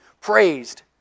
praised